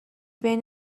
بین